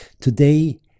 Today